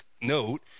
note